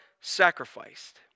sacrificed